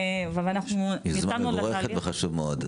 יוזמה מבורכת וחשובה מאוד.